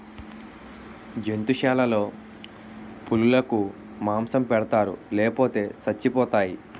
జంతుశాలలో పులులకు మాంసం పెడతారు లేపోతే సచ్చిపోతాయి